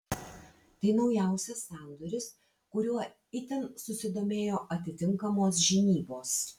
tai naujausias sandoris kuriuo itin susidomėjo atitinkamos žinybos